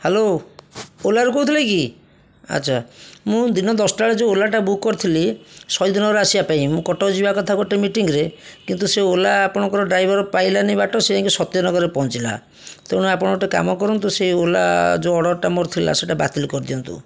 hello ଓଲାରୁ କହୁଥିଲେ କି ଆଚ୍ଛା ମୁଁ ଦିନ ଦଶଟା ବେଳେ ଯେଉଁ ଓଲାଟା ବୁକ୍ କରିଥିଲି ସହିଦନଗର ଆସିବାପାଇଁ ମୁଁ କଟକ ଯିବା କଥା ଗୋଟେ ମିଟିଙ୍ଗ୍ ରେ କିନ୍ତୁ ସେ ଓଲା ଆପଣଙ୍କ ଡ୍ରାଇଭର ପାଇଲାନି ବାଟ ସିଏ ଯାଇକି ସତ୍ୟନଗରରେ ପହଞ୍ଚିଲା ତେଣୁ ଆପଣ ଗୋଟେ କାମ କରନ୍ତୁ ସେ ଓଲା ଯେଉଁ ଅର୍ଡ଼ରଟା ମୋର ଥିଲା ସେଇଟା ବାତିଲ କରିଦିଅନ୍ତୁ